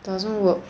doesn't work